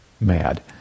mad